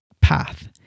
path